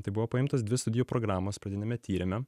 tai buvo paimtos dvi studijų programos pradiniame tyrime